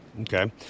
Okay